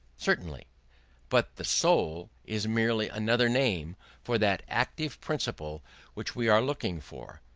certainly but the soul is merely another name for that active principle which we are looking for,